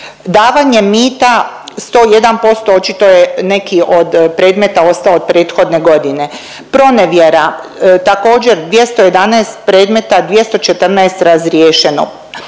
Davanje mita 101%, očito je neki od predmeta ostao od prethodne godine, pronevjera također 211 predmeta, 214 razriješeno,